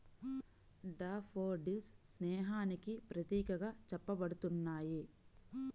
daffodils స్నేహానికి ప్రతీకగా చెప్పబడుతున్నాయి